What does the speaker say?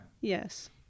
Yes